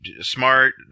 smart